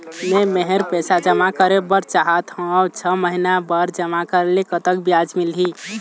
मे मेहर पैसा जमा करें बर चाहत हाव, छह महिना बर जमा करे ले कतक ब्याज मिलही?